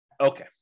Okay